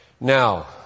Now